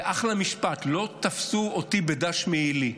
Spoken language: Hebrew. זה אחלה משפט, לא תפסו אותי בדש מעילי.